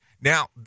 Now